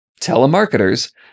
telemarketers